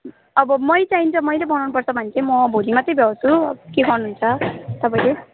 अब मै चाहिन्छ मैले बनाउनुपर्छ भने चाहिँ म भोलि मात्रै भ्याउँछु के गर्नुहुन्छ तपाईँले